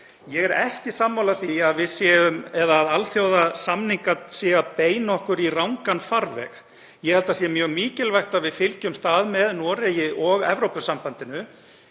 Ég er ekki sammála því að alþjóðasamningar séu að beina okkur í rangan farveg. Ég held að það sé mjög mikilvægt að við fylgjumst að með Noregi og Evrópusambandinu